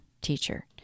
teacher